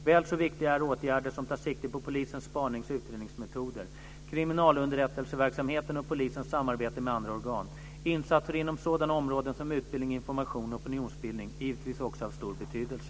Väl så viktiga är åtgärder som tar sikte på polisens spanings och utredningsmetoder, kriminalunderrättelseverksamheten och polisens samarbete med andra organ. Insatser inom sådana områden som utbildning, information och opinionsbildning är givetvis också av stor betydelse.